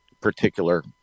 particular